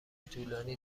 طولانی